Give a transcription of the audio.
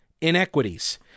inequities